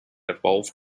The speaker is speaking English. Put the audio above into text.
evolved